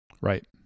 Right